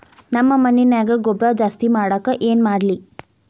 ನಮ್ಮ ಮಣ್ಣಿನ್ಯಾಗ ಗೊಬ್ರಾ ಜಾಸ್ತಿ ಮಾಡಾಕ ಏನ್ ಮಾಡ್ಲಿ?